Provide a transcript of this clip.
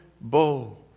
bow